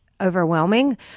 overwhelming